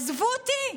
עזבו אותי,